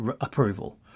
approval